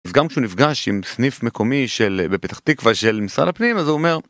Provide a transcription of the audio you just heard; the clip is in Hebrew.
אז גם כשנפגש עם סניף מקומי של בפתח תקווה של משרד הפנים אז הוא אומר.